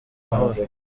mahoro